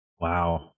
Wow